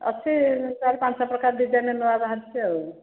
ଅଛି ଚାରି ପାଞ୍ଚ ପ୍ରକାର ଡିଜାଇନ୍ ନୂଆ ବାହାରିଛି ଆଉ